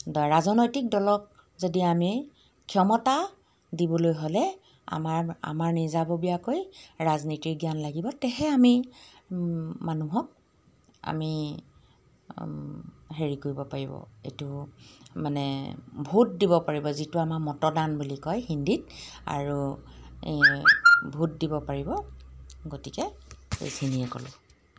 দ ৰাজনৈতিক দলক যদি আমি ক্ষমতা দিবলৈ হ'লে আমাৰ আমাৰ নিজাববীয়াকৈ ৰাজনীতিৰ জ্ঞান লাগিব তেহে আমি মানুহক আমি হেৰি কৰিব পাৰিব এইটো মানে ভোট দিব পাৰিব যিটো আমাৰ মতদান বুলি কয় হিন্দীত আৰু এই ভোট দিব পাৰিব গতিকে এইখিনিয়ে ক'লোঁ